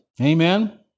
Amen